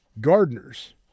gardeners